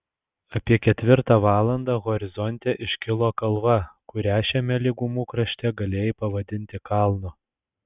apie ketvirtą valandą horizonte iškilo kalva kurią šiame lygumų krašte galėjai pavadinti kalnu